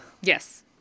Yes